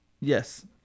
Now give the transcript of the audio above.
Yes